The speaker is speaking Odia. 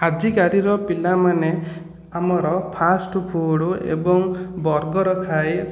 ଆଜିକାଲିର ପିଲାମାନେ ଆମର ଫାଷ୍ଟଫୁଡ୍ ଏବଂ ବର୍ଗର ଖାଇ